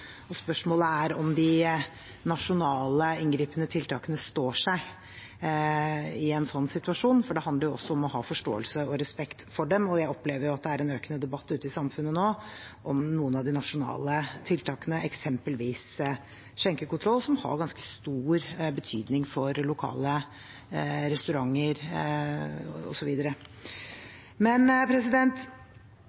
Spørsmålet er om de nasjonale, inngripende tiltakene står seg i en slik situasjon, for dette handler også om å ha forståelse og respekt for dem, og jeg opplever at det er en økende debatt ute i samfunnet nå om noen av de nasjonale tiltakene, eksempelvis skjenkekontroll, som har ganske stor betydning for lokale restauranter